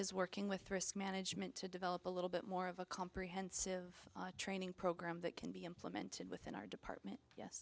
is working with risk management to develop a little bit more of a comprehensive training program that can be implemented within our department